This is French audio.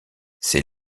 c’est